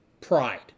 pride